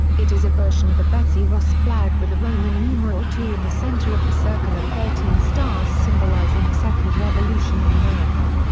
it is a version of the betsy ross flag with a roman numeral ii in the center of the circle of thirteen stars symbolizing a second revolution in america.